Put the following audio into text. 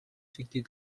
fifty